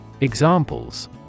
Examples